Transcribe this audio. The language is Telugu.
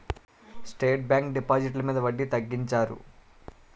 స్టేట్ బ్యాంకు డిపాజిట్లు మీద వడ్డీ తగ్గించారు